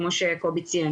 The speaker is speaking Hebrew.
כפי שקובי ציין.